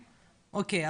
אוקיי,